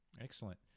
Excellent